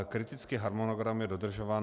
Kritický harmonogram je dodržován.